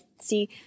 see